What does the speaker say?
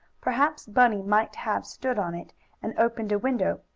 perhaps bunny might have stood on it and opened a window,